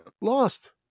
Lost